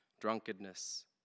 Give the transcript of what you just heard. drunkenness